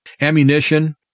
ammunition